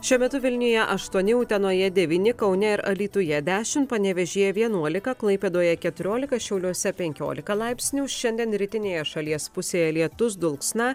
šiuo metu vilniuje aštuoni utenoje devyni kaune ir alytuje dešimt panevėžyje vienuolika klaipėdoje keturiolika šiauliuose penkiolika laipsnių šiandien rytinėje šalies pusėje lietus dulksna